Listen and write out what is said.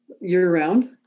year-round